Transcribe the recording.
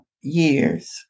years